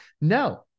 No